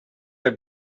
are